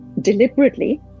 deliberately